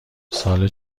سال